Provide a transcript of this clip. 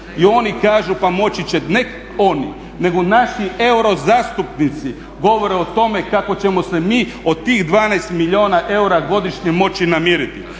I oni kažu pa moći će, ne oni nego naši eurozastupnici govore o tome kako ćemo se mi od tih 12 milijuna eura godišnje moći namiriti.